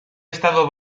estado